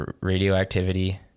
radioactivity